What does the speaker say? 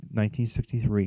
1963